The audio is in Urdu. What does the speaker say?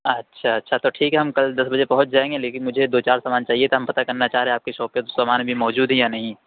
اچھا اچھا تو ٹھیک ہے ہم کل دس بجے پہنچ جائیں گے لیکن مجھے دو چار سامان چاہیے تھا ہم پتہ کرنا چاہ رہے آپ کی شاپ پہ سامان بھی موجود ہے یا نہیں